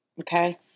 Okay